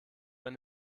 wenn